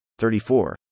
34